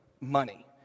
money